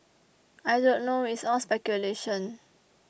I don't know it's all speculation